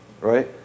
right